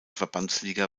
verbandsliga